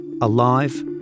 alive